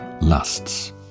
lusts